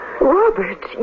Robert